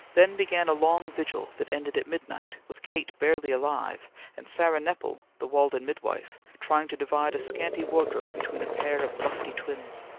then began a long vigil that ended at midnight with kate barely alive and sarah nepple, the walden mid-wife, trying to divide a scanty wardrobe between a pair of lusty twins.